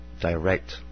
direct